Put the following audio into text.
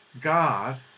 God